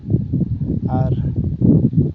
ᱟᱨ